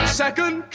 second